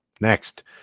Next